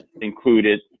included